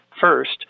First